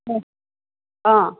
ꯑꯣ ꯑꯥ